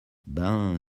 ben